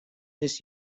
this